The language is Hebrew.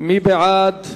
מי בעד,